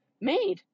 made